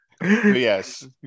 yes